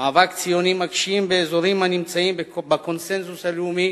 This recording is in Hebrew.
מאבק ציוני מגשים באזורים הנמצאים בקונסנזוס הלאומי